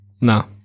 no